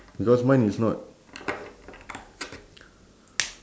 because mine is not